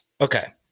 Okay